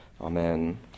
Amen